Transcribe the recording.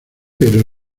pero